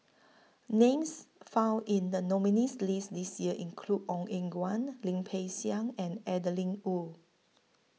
Names found in The nominees' list This Year include Ong Eng Guan Lim Peng Siang and Adeline Ooi